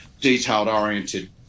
detailed-oriented